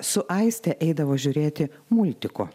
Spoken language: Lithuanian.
su aiste eidavo žiūrėti multiko